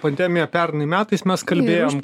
pandemija pernai metais mes kalbėjom